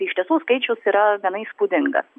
iš tiesų skaičius yra gana įspūdingas